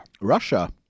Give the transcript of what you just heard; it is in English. Russia